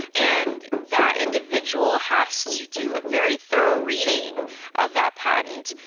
and that individual has to do a very thorough reading of that patent.